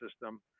system